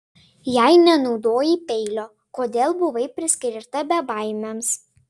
jei nenaudojai peilio kodėl buvai priskirta bebaimiams